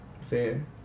fair